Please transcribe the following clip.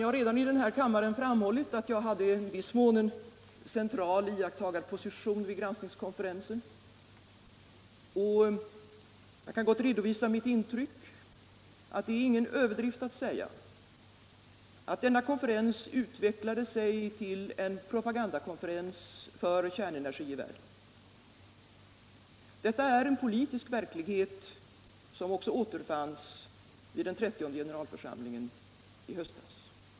Jag har redan i denna kammare framhållit att jag i viss mån hade en central iakttagarposition vid granskningskonferensen och jag kan gott redovisa mitt intryck av den. Det är ingen överdrift att säga att konferensen utvecklade sig till en propagandakonferens för kärnenergi i världen. Denna politiska verklighet återfanns också vid FN:s v2ttionde generalförsamling i höstas.